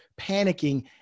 panicking